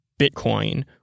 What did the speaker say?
Bitcoin